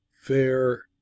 fair